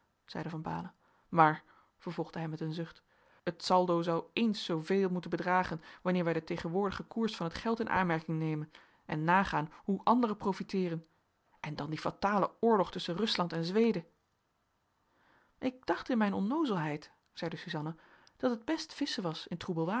zeide van baalen maar vervolgde hij met een zucht het saldo zou eens zooveel moeten bedragen wanneer wij den tegenwoordigen koers van het geld in aanmerking nemen en nagaan hoe anderen profiteeren en dan die fatale oorlog tusschen rusland en zweden ik dacht in mijn onnoozelheid zeide suzanna dat het best visschen was in troebel